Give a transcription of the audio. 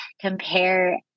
compare